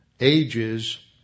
ages